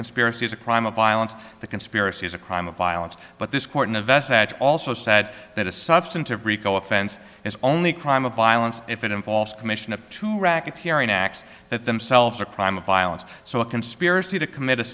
conspiracy is a crime of violence the conspiracy is a crime of violence but this court an event that also said that a substantive rico offense is only a crime of violence if it involves commission of two racketeering acts that themselves a crime of violence so a conspiracy to commit